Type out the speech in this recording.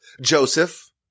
Joseph